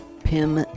PIM